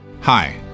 Hi